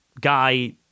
guy